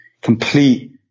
complete